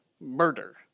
murder